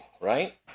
right